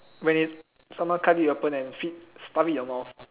when it someone cut it open and feed stuff it in your mouth